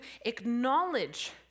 acknowledge